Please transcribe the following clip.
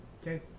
Okay